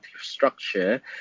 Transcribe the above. structure